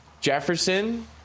Jefferson